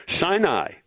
Sinai